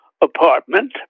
apartment